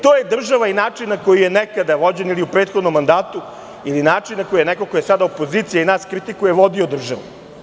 To je država i način na koji je nekada vođena u prethodnom mandatu ili način na koji je neko ko je sada opozicija danas kritikuje, vodio državu.